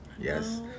Yes